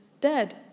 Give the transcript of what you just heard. dead